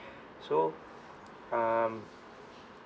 so um